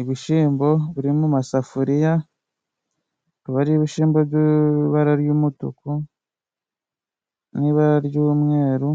Ibishyimbo biri mumasafuriya, bikaba ari ibishyimbo by'ibara ry'umutuku n'ibara ry'umweru,